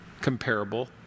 comparable